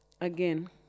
again